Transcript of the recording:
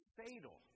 fatal